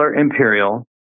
Imperial